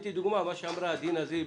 והבאתי כדוגמה את מה שאמרה דינה זילבר,